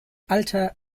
alter